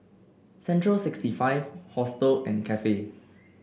Central sixty five Hostel and Cafe